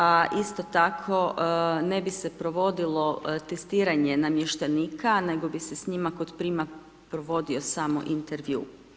A isto tako ne bi se provodilo testiranje namještenika nego bi se s njima kod prijema provodio samo intervju.